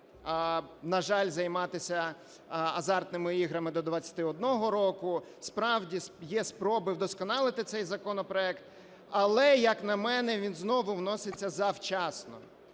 на жаль, займатися азартними іграми, до 21 року. Справді, є спроби вдосконалити цей законопроект. Але, як на мене, він знову вноситься завчасно.